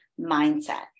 mindset